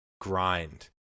grind